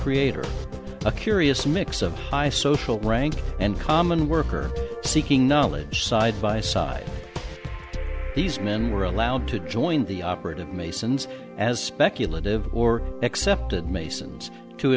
creator a curious mix of high social rank and common worker seeking knowledge side by side these men were allowed to join the operative masons as speculative or accepted masons to